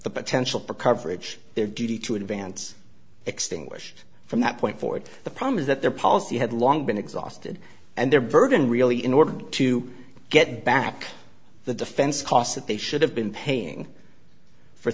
the potential for coverage their duty to advance extinguished from that point forward the problem is that their policy had long been exhausted and their burden really in order to get back the defense costs that they should have been paying for